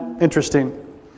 interesting